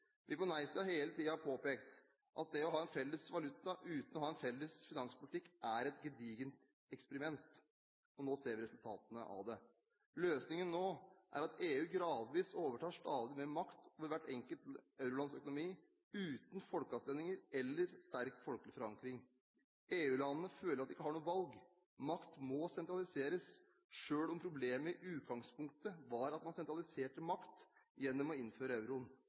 Vi på nei-siden har hele tiden påpekt at det å ha en felles valuta uten å ha en felles finanspolitikk er et gedigent eksperiment, og nå ser vi resultatene av det. Løsningen nå er at EU gradvis overtar stadig mer makt over hvert enkelt eurolands økonomi, uten folkeavstemninger eller en sterk folkelig forankring. EU-landene føler at de ikke har noe valg. Makt må sentraliseres – selv om problemet i utgangspunktet var at man sentraliserte makt gjennom å innføre euroen.